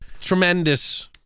Tremendous